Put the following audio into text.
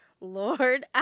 Lord